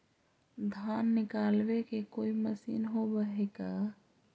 धान निकालबे के कोई मशीन होब है का?